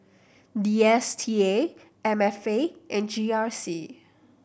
D S T A M F A and G R C